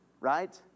right